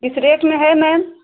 किस रेट में है मैम